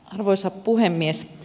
arvoisa puhemies